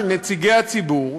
של נציגי הציבור,